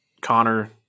Connor